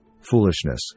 foolishness